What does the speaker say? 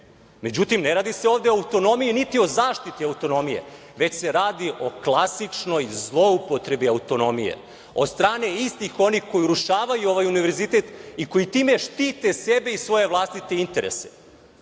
Međutim, ne radi se ove o autonomiji, niti o zaštiti autonomije, već se radi o klasinoj zloupotrebi autonomije od strane istih onih koji urušavaju ovaj univerzitet i koji time štite sebe i svoje vlastite interese,